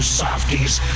softies